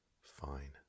Fine